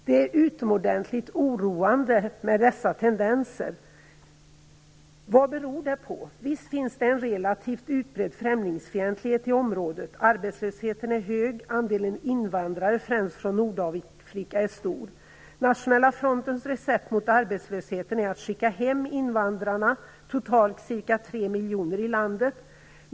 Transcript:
Det är utomordentligt oroande med dessa tendenser. Vad beror det på? Visst finns det en relativt utbredd främlingsfientlighet i området. Arbetslösheten är hög, och andelen invandrare främst från Nordafrika är stor. Nationella frontens recept mot arbetslösheten är att skicka hem invandrarna, totalt cirka tre miljoner i landet.